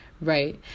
right